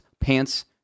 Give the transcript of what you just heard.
pants